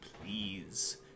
please